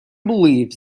believes